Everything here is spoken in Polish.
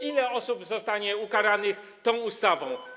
Ile osób zostanie ukaranych tą ustawą?